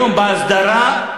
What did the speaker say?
היום בהסדרה,